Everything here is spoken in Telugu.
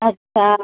అచ్చా